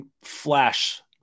flash